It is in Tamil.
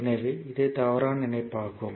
எனவே இது தவறான இணைப்பு ஆகும்